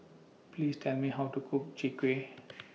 Please Tell Me How to Cook Chwee Kueh